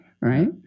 right